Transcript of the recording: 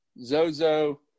zozo